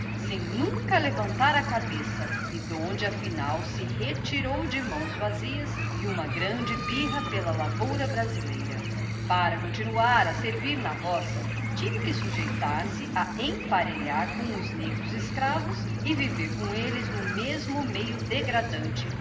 sem nunca levantar a cabeça e de onde afinal se retirou de mãos vazias e uma grande birra pela lavoura brasileira para continuar a servir na roça tinha que sujeitar-se a emparelhar com os negros escravos e viver com eles no mesmo meio degradante